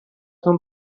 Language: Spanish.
son